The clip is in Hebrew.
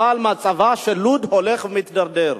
אבל מצבה של לוד הולך ומידרדר.